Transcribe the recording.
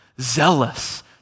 zealous